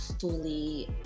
fully